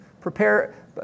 Prepare